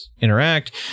interact